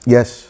Yes